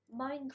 Minecraft